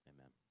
Amen